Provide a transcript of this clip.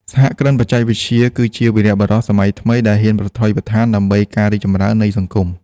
សហគ្រិនបច្ចេកវិទ្យាគឺជាវីរបុរសសម័យថ្មីដែលហ៊ានប្រថុយប្រថានដើម្បីការរីកចម្រើននៃសង្គម។